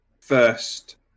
first